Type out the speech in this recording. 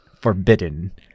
forbidden